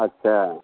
अच्छा